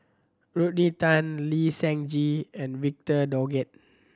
Rodney Tan Lee Seng Gee and Victor Doggett